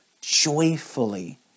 joyfully